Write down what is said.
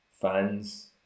fans